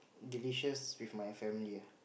delicious with my family ah